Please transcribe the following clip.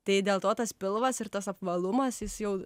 tai dėl to tas pilvas ir tas apvalumas jis jau